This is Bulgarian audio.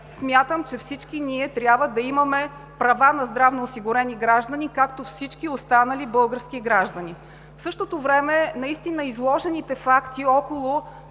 Смятам, че всички ние трябва да имаме права на здравноосигурени граждани, както всички останали български граждани. В същото време изложените факти около